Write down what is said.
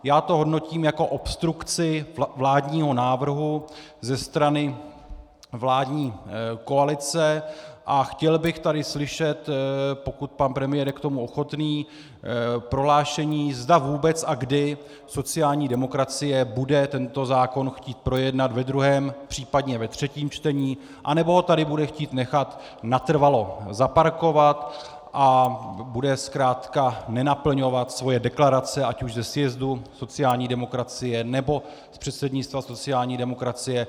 Já to hodnotím jako obstrukci vládního návrhu ze strany vládní koalice a chtěl bych tady slyšet, pokud pan premiér je k tomu ochotný, prohlášení, zda vůbec a kdy sociální demokracie bude tento zákon chtít projednat ve druhém, případně ve třetím čtení, anebo ho tady bude chtít nechat natrvalo zaparkovat a bude zkrátka nenaplňovat svoje deklarace ať už ze sjezdu sociální demokracie, nebo z předsednictva sociální demokracie.